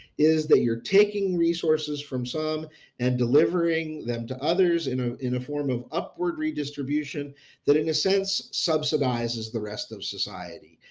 is that you're taking resources from and delivering them to others in ah in a form of upward redistribution that in a sense subsidizes the rest of society.